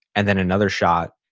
and then another shot,